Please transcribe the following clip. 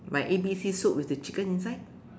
my A_B_C soup with the chicken inside